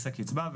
הקצבה.